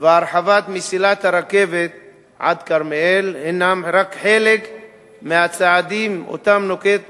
והרחבת מסילת הרכבת עד כרמיאל הינם רק חלק מהצעדים שהמשרד נוקט